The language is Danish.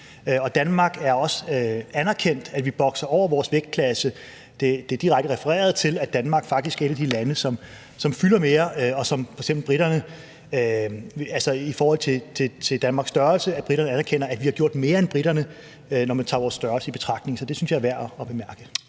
Danmark er også anerkendt for at bokse over vores vægtklasse. Der er direkte refereret til, at Danmark faktisk er et af de lande, som fylder mere i forhold til Danmarks størrelse. Og briterne anerkender, at vi har gjort mere end briterne, når man tager vores størrelse i betragtning. Så det synes jeg er værd at bemærke.